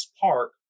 Park